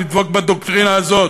לדבוק בדוקטרינה הזאת,